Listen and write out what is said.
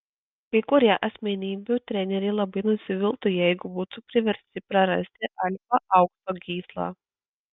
kai kurie asmenybių treneriai labai nusiviltų jeigu būtų priversti prarasti alfa aukso gyslą